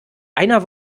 einer